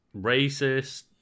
racist